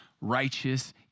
righteous